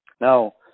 Now